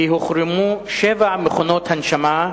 כי הוחרמו שבע מכונות הנשמה,